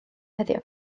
heddiw